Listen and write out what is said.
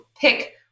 pick